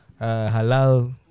halal